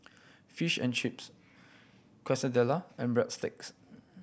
Fish and Chips Quesadilla and Breadsticks